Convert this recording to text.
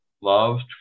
loved